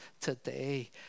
today